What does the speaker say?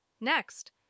Next